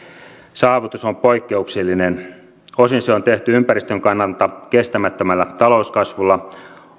saavutus on poikkeuksellinen osin se on tehty ympäristön kannalta kestämättömällä talouskasvulla